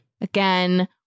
again